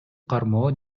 кармоо